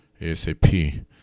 ASAP